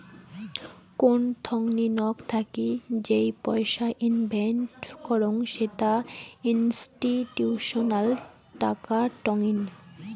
কোন থোংনি নক থাকি যেই পয়সা ইনভেস্ট করং সেটা ইনস্টিটিউশনাল টাকা টঙ্নি